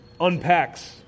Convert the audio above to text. unpacks